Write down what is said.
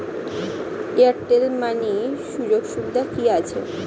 Airtel Money সুযোগ সুবিধা কি আছে?